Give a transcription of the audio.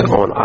on